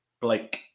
blake